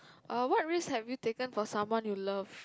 err what risk have you taken for someone you love